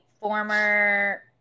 former